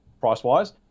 price-wise